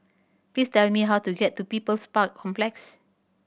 please tell me how to get to People's Park Complex